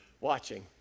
watching